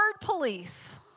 police